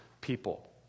people